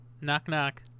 Knock-knock